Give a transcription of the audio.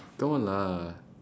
come on lah